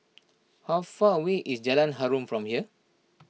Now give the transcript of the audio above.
how far away is Jalan Harum from here